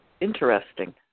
interesting